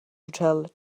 hotel